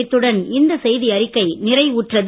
இத்துடன் இந்த செய்திஅறிக்கை நிறைவுபெறுகிறது